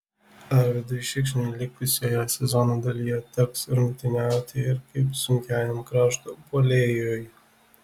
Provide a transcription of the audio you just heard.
arvydui šikšniui likusioje sezono dalyje teks rungtyniauti ir kaip sunkiajam krašto puolėjui